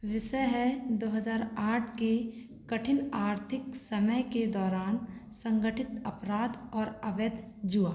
विषय है दो हजार आठ के कठिन आर्थिक समय के दौरान संगठित अपराध और अवैध जुआ